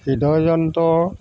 হৃদযন্ত্ৰ